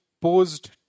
posed